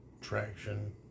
traction